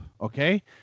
okay